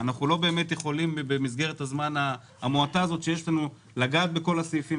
אנחנו לא באמת יכולים במסגרת הזמן המועט שיש לנו לגעת בכל הסעיפים.